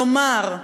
כלומר,